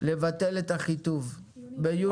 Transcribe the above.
לבטל את אחיטוב ביוני 2020?